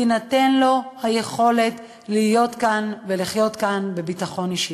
תינתן לו היכולת להיות כאן ולחיות כאן בביטחון אישי.